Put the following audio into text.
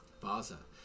Baza